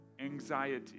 anxiety